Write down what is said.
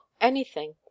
anything